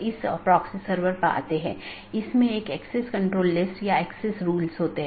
जब ऐसा होता है तो त्रुटि सूचना भेज दी जाती है